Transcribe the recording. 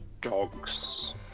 Dogs